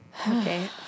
Okay